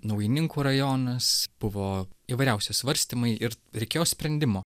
naujininkų rajonas buvo įvairiausi svarstymai ir reikėjo sprendimo